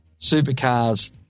supercars